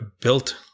built